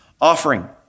offering